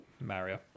Mario